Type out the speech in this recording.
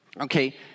Okay